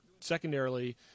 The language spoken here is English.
Secondarily